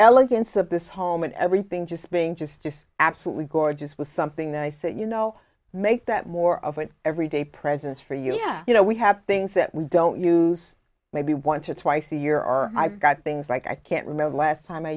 elegance of this home and everything just being just just absolutely gorgeous was something that i said you know make that more of it every day presents for you yeah you know we have things that we don't use maybe once or twice a year or i've got things like i can't remember the last time i